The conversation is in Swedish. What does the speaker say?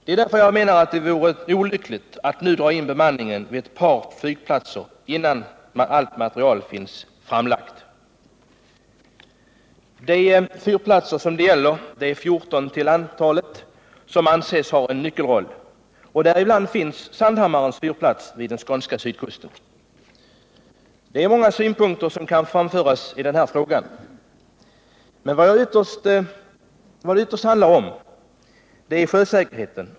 Det är därför jag menar att det vore olyckligt att nu dra in bemanningen vid ett par fyrplatser, innan allt material finns framlagt. Bland de fjorton fyrplatser det gäller och som anses ha en nyckelroll finns Sandhammarens fyrplats vid den skånska sydkusten. Det är många synpunkter som kan framföras i den här frågan, men vad det ytterst handlar om är sjösäkerheten.